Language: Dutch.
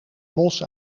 mos